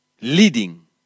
leading